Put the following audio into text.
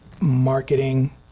marketing